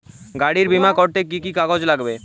গাড়ীর বিমা করতে কি কি কাগজ লাগে?